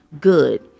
good